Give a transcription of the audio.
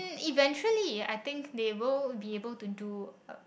eventually I think they will be able to do